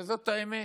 וזאת האמת,